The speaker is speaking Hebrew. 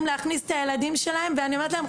להכניס את הילדים שלהם ואני אומרת להם,